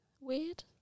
weird